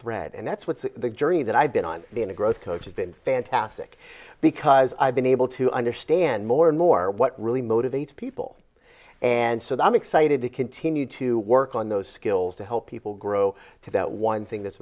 thread and that's what's the journey that i've been on being a growth coach has been fantastic because i've been able to understand more and more what really motivates people and so that i'm excited to continue to work on those skills to help people grow to that one thing that's